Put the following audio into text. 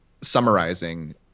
summarizing